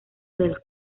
del